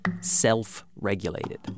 self-regulated